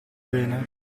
bene